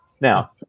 Now